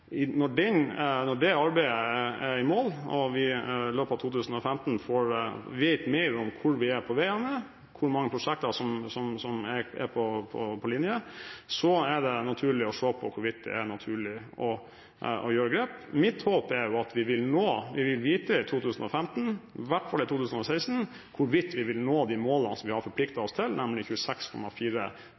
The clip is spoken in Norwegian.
sammen. Når det arbeidet er i mål og vi i løpet av 2015 vet mer om hvor vi er på vei, hvor mange prosjekter som er på linje, er det naturlig å se på hvorvidt det er naturlig å gjøre grep. Mitt håp er at vi vil vite i 2015 – i hvert fall i 2016 – hvorvidt vi vil nå de målene som vi har forpliktet oss til, nemlig 26,4